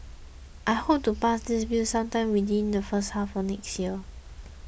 I hope to pass this bill sometime within the first half of next year